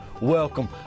Welcome